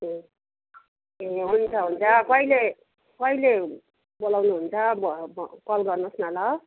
ए हुन्छ हुन्छ कहिले कहिले बोलाउनुहुन्छ कल गर्नुहोस् न ल